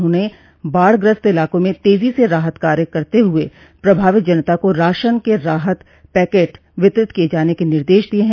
उन्होंने बाढ़ग्रस्त इलाकों में तेजी से राहत कार्य करते हुए प्रभावित जनता को राशन के राहत पैकेट वितरित किये जाने के निर्देश दिये हैं